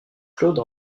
claude